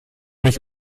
mich